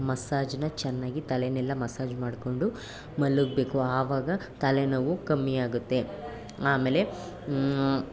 ಮಸಾಜ್ನ ಚೆನ್ನಾಗಿ ತಲೆಯನ್ನೆಲ್ಲ ಮಸಾಜ್ ಮಾಡಿಕೊಂಡು ಮಲಗ್ಬೇಕು ಆವಾಗ ತಲೆನೋವು ಕಮ್ಮಿ ಆಗುತ್ತೆ ಆಮೇಲೆ